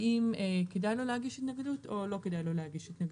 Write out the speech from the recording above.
האם כדאי לו להגיש התנגדות או לא כדאי לו להגיש התנגדות.